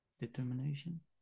Determination